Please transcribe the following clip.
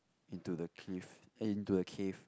into the cave into the cave